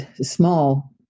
small